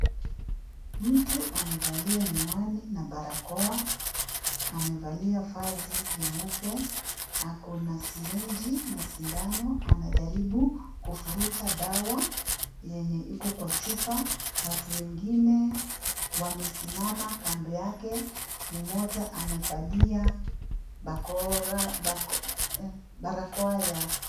Mtu amevalia miwani na barakoa. Amevalia vazi nyeupe, ako na sirinji na sindano. Anajaribu kufuruta dawa yenye iko kwa chupa. Watu wengine wamesimama kando yake. Mmoja amevalia, bakora, barakoa ya..